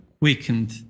weakened